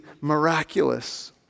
miraculous